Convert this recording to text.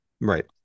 Right